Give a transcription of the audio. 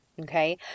Okay